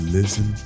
listen